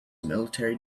military